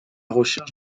recherche